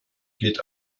geht